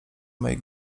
mej